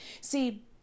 see